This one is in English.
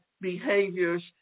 behaviors